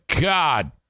God